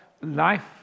life